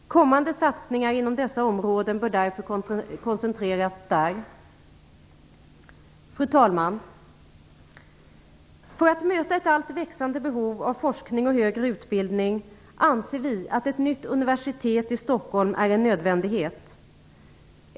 Kommande satsningar inom dessa områden bör därför koncentreras där. Fru talman! För att möta ett växande behov av forskning och högre utbildning anser vi att ett nytt universitet i Stockholm är en nödvändighet.